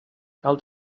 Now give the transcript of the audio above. cal